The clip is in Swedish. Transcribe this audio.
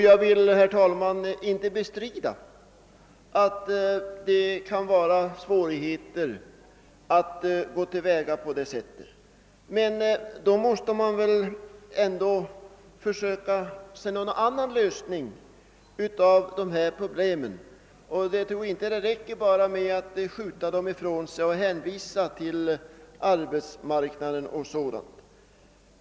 Jag vill inte, herr talman, bestrida att ett sådant tillvägagångssätt kan möta svårigheter. Men iså fall måste man försöka finna någon annan lösning på problemet. Det räcker inte att bara skjuta det ifrån sig och hänvisa till arbetsmarknaden m.m.